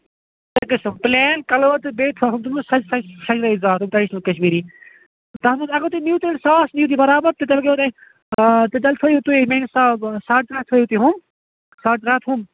کٔژ گژھنو plain coloured تہٕ بیٚیہِ تھاوہو بہٕ سَجٲوِتھ زیادٕ سۄ کَشمیٖری تَتھ منٛز اَگر تُہۍ نِیو تیٚلہِ ساس نِیو تُہۍ بَرابر تیٚلہِ گوٚوٕ تۅہہِ آ تیٚلہِ تھٲوِو تُہۍ مےٚ حِساب ساڑ ترٛےٚ ہَتھ تھٲوِو تُہۍ یِم ساڑ ترٛےٚ ہَتھ یِم